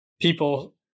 people